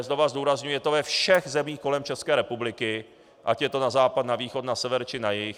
Znova zdůrazňuji, je to ve všech zemích kolem České republiky, ať je to na západ, na východ, na sever či na jih.